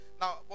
Now